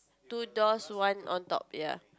two doors one on top ya